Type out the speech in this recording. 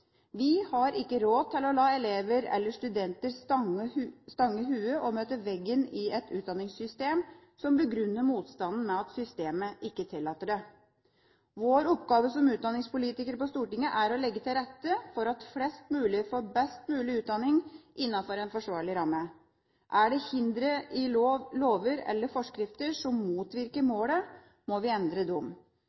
Vi har ikke råd til å la elever eller studenter stange hodet i veggen, og møte veggen i et utdanningssystem som begrunner motstanden med at systemet ikke tillater det. Vår oppgave som utdanningspolitikere på Stortinget er å legge til rette for at flest mulig får best mulig utdanning innenfor en forsvarlig ramme. Er det hindre i lover eller forskrifter som motvirker målet, må vi